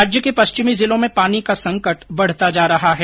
राज्य के पश्चिमी जिलों में पानी का संकट बढता जा रहा है